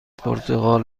پرتقال